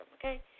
okay